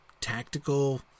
tactical